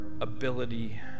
ability